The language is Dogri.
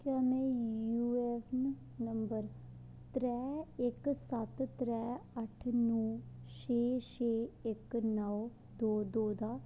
क्या में यू ऐन नंबरै इक सत्त त्रै अट्ठ नौ छे छे इक नो दो दो दा